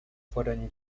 fueron